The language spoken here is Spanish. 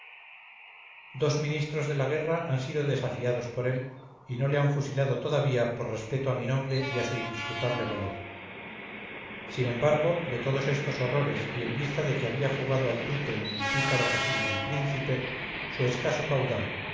dos ministros de la guerra han sido desafiados por él y no le han fusilado todavía por respeto a mi nombre y a su indisputable valor sin embargo de todos estos horrores y en vista de que había jugado al tute en el pícaro casino del príncipe su escaso caudal